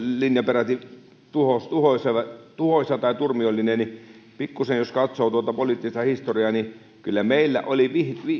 linja peräti tuhoisa tai turmiollinen mutta pikkusen jos katsoo tuota poliittista historiaa niin kyllä meillä oli